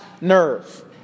nerve